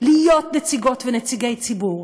להיות נציגות ונציגי ציבור,